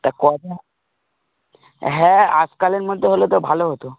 তা কটা হ্যাঁ আজকালের মধ্যে হলে তো ভালো হতো